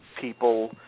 people